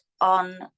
on